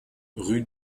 rue